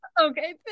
Okay